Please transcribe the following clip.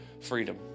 freedom